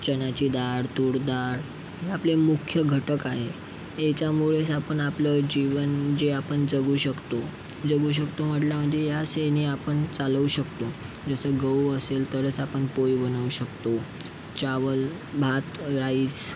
चण्याची दाळ तूर दाळ हे आपले मुख्य घटक आहे ह्याच्यामुळेच आपण आपलं जीवन जे आपण जगू शकतो जगू शकतो म्हटलं म्हणजे याच ह्यानी आपण चालवू शकतो जसं गहू असेल तरच आपण पोळी बनवू शकतो चावल भात राईस